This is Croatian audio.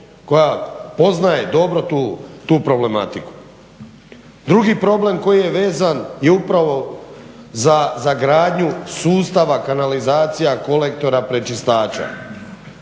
koja poznaje dobro tu problematiku. Drugi problem koji je vezan je upravo za gradnju sustava kanalizacija kolektora prečistača.